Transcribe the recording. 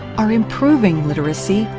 are improving literacy,